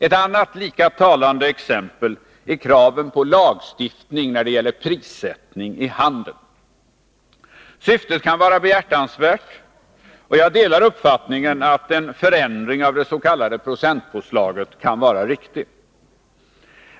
Ett annat lika talande exempel är kraven på lagstiftning när det gäller prissättningen i handeln. Syftet kan vara behjärtansvärt, och jag delar uppfattningen att en förändring av det s.k. procentpåslaget kan vara riktig.